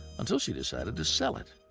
until she decided to sell it.